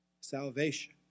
salvation